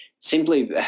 simply